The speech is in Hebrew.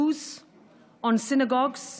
ביותר להיאבק בדעות קדומות ולנצח